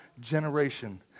generation